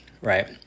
Right